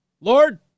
Lord